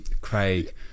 Craig